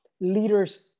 leaders